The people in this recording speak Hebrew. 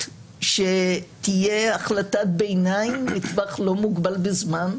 שתהיה החלטת ביניים בטווח לא מוגבל בזמן.